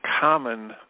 common